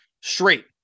straight